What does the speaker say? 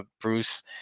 Bruce